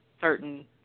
certain